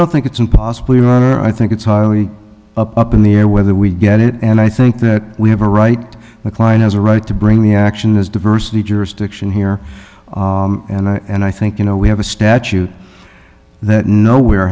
don't think it's impossible your honor i think it's highly up in the air whether we get it and i think that we have a right the client has a right to bring the action is diversity jurisdiction here and i and i think you know we have a statute that nowhere